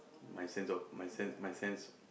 my sense of my sense my sense